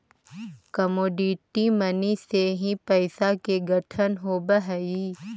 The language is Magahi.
कमोडिटी मनी से ही पैसा के गठन होवऽ हई